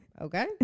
Okay